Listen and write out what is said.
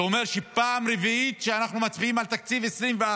זה אומר שאנחנו מצביעים על תקציב 2024